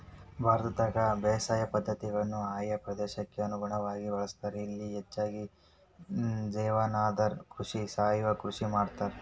ಭಾರತದಾಗ ಬೇಸಾಯ ಪದ್ಧತಿಗಳನ್ನ ಆಯಾ ಪ್ರದೇಶಕ್ಕ ಅನುಗುಣವಾಗಿ ಬಳಸ್ತಾರ, ಇಲ್ಲಿ ಹೆಚ್ಚಾಗಿ ಜೇವನಾಧಾರ ಕೃಷಿ, ಸಾವಯವ ಕೃಷಿ ಮಾಡ್ತಾರ